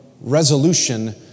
resolution